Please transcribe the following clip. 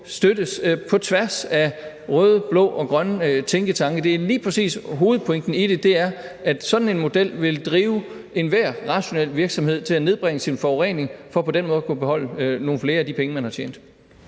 støttes på tværs af røde, blå og grønne tænketanke. Det, der lige præcis er hovedpointen i det, er, at sådan en model vil drive enhver rationel virksomheden til at nedbringe sin forurening for på den måde at kunne beholde nogle flere af de penge, man har tjent.